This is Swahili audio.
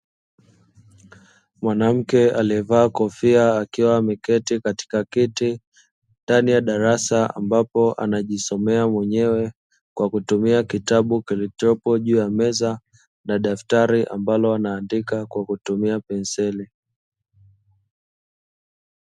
Mwanamke aliyevaa kofia akiwa ameketi katika kiti ndani ya darasa, ambapo anajisomea mwenyewe kwa kutumia kitabu kilichopo juu ya meza na daktari ambalo anaandika kwa kutumia penseli.